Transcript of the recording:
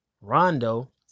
Rondo